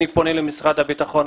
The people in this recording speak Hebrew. אני פונה למשרד הביטחון,